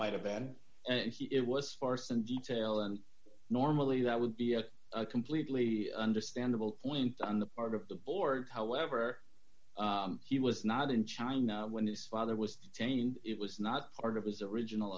have been and he it was sparse and detail and normally that would be a completely understandable point on the part of the board however he was not in china when his father was detained it was not part of his original